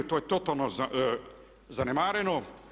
To je totalno zanemareno.